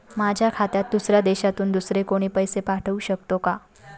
माझ्या खात्यात दुसऱ्या देशातून दुसरे कोणी पैसे पाठवू शकतो का?